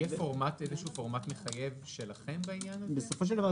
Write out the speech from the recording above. יהיה פורמט מחייב שלכם בנושא?